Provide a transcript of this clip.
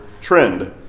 trend